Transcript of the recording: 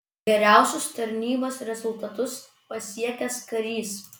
geriausius tarnybos rezultatus pasiekęs karys